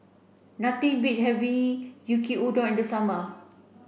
nothing beat having Yaki udon in the summer